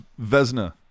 Vesna